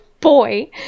Boy